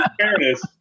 fairness